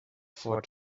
for